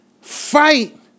fight